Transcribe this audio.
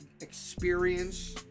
experience